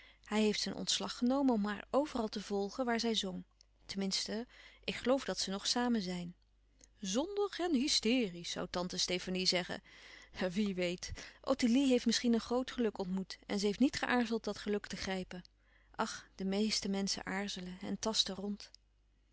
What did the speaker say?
hij heeft zijn ontslag genomen om haar overal te volgen waar zij zong ten minste ik geloof dat ze nog samen zijn zondig en hysteriesch zoû tante stefanie zeggen wie weet ottilie heeft misschien een groot geluk ontmoet en ze heeft niet geaarzeld dat geluk te grijpen ach de meeste menschen aarzelen en tasten rond